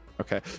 Okay